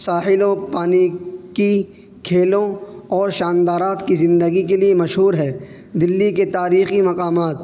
ساحلوں پانی کی کھیلوں اور شاندارات کی زندگی کے لیے مشہور ہے دلی کے تاریخی مقامات